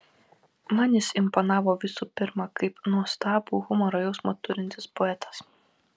man jis imponavo visų pirma kaip nuostabų humoro jausmą turintis poetas